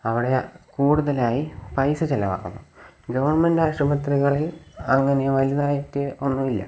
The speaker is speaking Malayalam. അവിടെ കൂടുതലായി പൈസ ചിലവാക്കുന്നു ഗവൺമെൻറ് ആശുപത്രികളിൽ അങ്ങനെ വലുതായിട്ട് ഒന്നുമില്ല